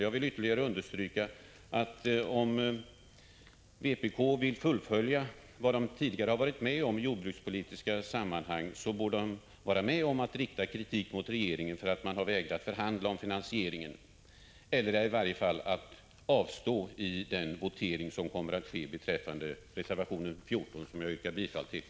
Jag vill ytterligare understryka att om vpk vill fullfölja vad partiet tidigare varit med om att besluta i jordbrukspolitiska sammanhang bör man ställa sig bakom kritiken mot regeringen för att den vägrat förhandla om finansieringen eller i varje fall avstå i den votering beträffande reservation 14 som kommer att ske.